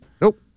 Nope